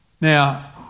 now